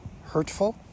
hurtful